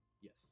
Yes